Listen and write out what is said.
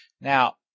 Now